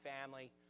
family